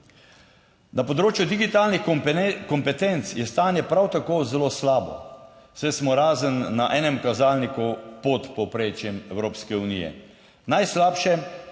Na področju digitalnih kompetenc je stanje prav tako zelo slabo, saj smo razen na enem kazalniku pod povprečjem Evropske unije. Najslabše pa